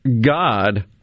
God